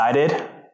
excited